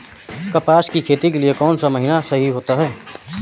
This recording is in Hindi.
कपास की खेती के लिए कौन सा महीना सही होता है?